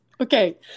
Okay